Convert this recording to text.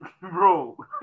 bro